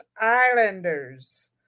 islanders